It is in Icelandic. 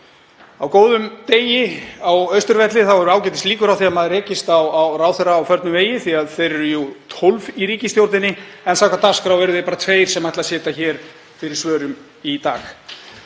Á góðum degi á Austurvelli eru ágætislíkur á því að maður rekist á ráðherra á förnum vegi því að þeir eru jú tólf í ríkisstjórninni en samkvæmt dagskránni eru það bara tveir sem ætla að sitja hér fyrir svörum í dag.